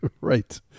Right